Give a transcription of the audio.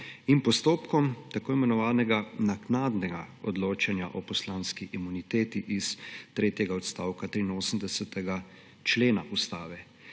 in postopkom tako imenovanega naknadnega odločanja o poslanski imuniteti iz tretjega odstavka 83. člena Ustave,